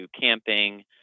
camping